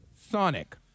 Sonic